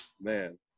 man